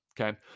Okay